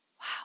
Wow